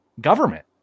government